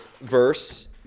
verse